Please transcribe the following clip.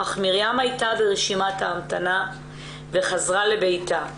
אך מרים הייתה ברשימת ההמתנה וחזרה לביתה.